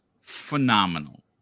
phenomenal